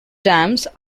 dams